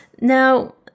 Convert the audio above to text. now